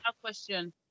question